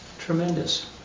tremendous